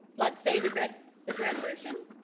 let's say the red the red version?